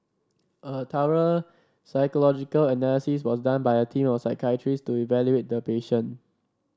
a thorough psychological analysis was done by a team of psychiatrist to evaluate the patient